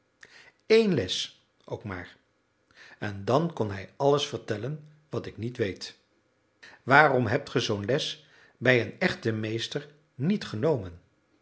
één les ook maar en dan kon hij alles vertellen wat ik niet weet waarom hebt ge zoo'n les bij een echten meester niet genomen